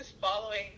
following